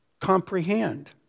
comprehend